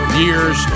years